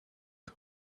out